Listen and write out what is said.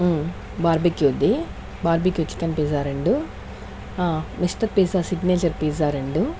బార్బిక్యూది barbecue chicken pizza రెండు mister pizza signature pizza రెండు